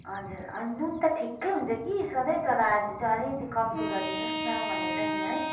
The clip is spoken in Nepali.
हजुर होइन नुन त ठिकै हुन्छ कि सधैँ तर आज चाहिँ अलिकति कम्ती गरिदिनुहोस् न भनेर नि है